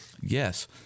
yes